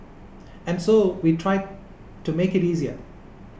and so we try to make it easier